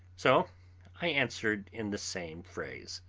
so i answered in the same phrase